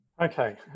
Okay